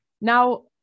now